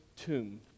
tomb